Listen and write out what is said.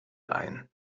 ein